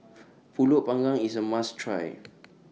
Pulut Panggang IS A must Try